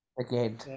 again